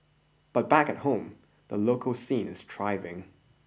but back an home the local scene is thriving